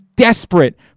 desperate